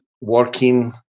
Working